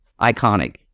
iconic